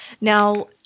Now